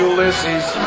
Ulysses